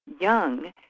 young